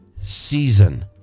season